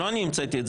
לא אני המצאתי את זה,